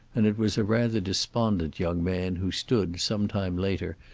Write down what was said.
and it was a rather despondent young man who stood sometime later,